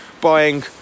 buying